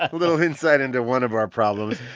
little insight into one of our problems.